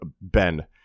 Ben